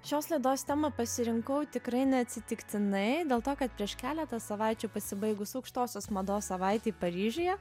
šios laidos temą pasirinkau tikrai neatsitiktinai dėl to kad prieš keletą savaičių pasibaigus aukštosios mados savaitei paryžiuje